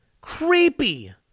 Creepy